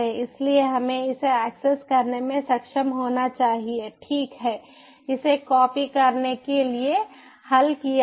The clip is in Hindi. इसलिए हमें इसे एक्सेस करने में सक्षम होना चाहिए ठीक है इसे कॉपी करने के लिए हल किया गया